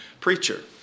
preacher